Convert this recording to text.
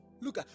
Look